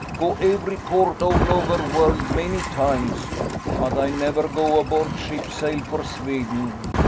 go every port all over world many times but ay never go aboard ship sail for sveden.